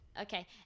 Okay